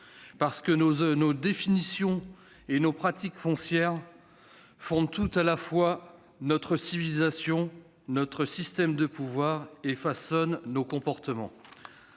parce que nos définitions et nos pratiques foncières fondent tout à la fois notre civilisation et notre système de pouvoir, façonnent nos comportements.